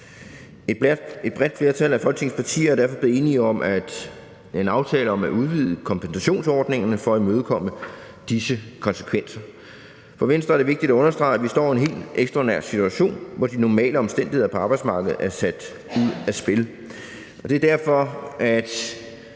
Et bredt flertal af Folketingets partier er derfor blevet enige om en aftale om at udvide kompensationsordningerne for at imødekomme disse konsekvenser. For Venstre er det vigtigt at understrege, at vi står i en helt ekstraordinær situation, hvor de normale omstændigheder på arbejdsmarkedet er sat ud af spil. Og det er derfor, at